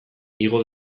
igo